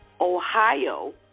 Ohio